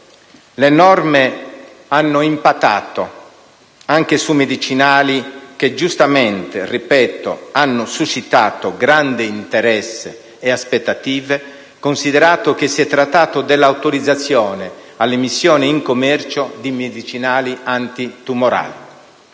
Le norme hanno impattato anche su medicinali che giustamente, lo ripeto, hanno suscitato grande interesse e aspettative, considerato che si è trattato dell'autorizzazione all'immissione in commercio di medicinali antitumorali.